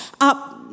up